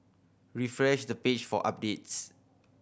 refresh the page for updates